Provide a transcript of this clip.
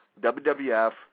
WWF